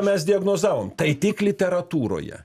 mes diagnozavom tai tik literatūroje